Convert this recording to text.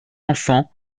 enfants